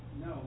No